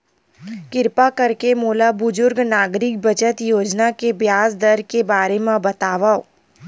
किरपा करके मोला बुजुर्ग नागरिक बचत योजना के ब्याज दर के बारे मा बतावव